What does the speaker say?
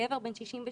גבר בן 67,